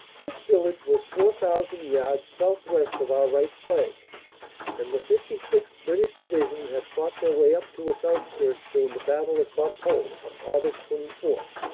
this village was four thousand yards southwest of our right flank and the fifty sixth. british division had fought their way up to its outski rts during the battle of bapaume on aug. twenty four.